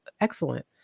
excellent